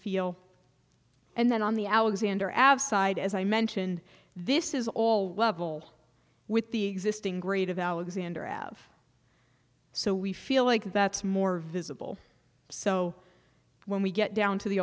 feel and then on the out xander av side as i mentioned this is all level with the existing grade of alexander av so we feel like that's more visible so when we get down to the